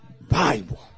Bible